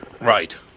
Right